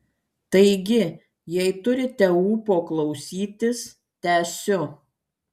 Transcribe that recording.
taigi jei turite ūpo klausytis tęsiu